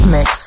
Mix